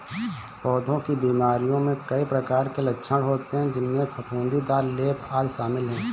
पौधों की बीमारियों में कई प्रकार के लक्षण होते हैं, जिनमें फफूंदीदार लेप, आदि शामिल हैं